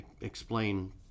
explain